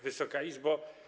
Wysoka Izbo!